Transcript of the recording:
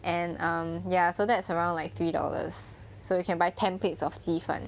and um ya so that's around like three dollars so you can buy ten plates of 鸡饭